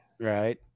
Right